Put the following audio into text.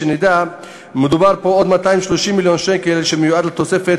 שנדע: מדובר פה על עוד 230 מיליון שקל שמיועדים לתוספת